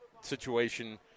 situation